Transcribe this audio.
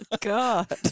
God